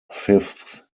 fifth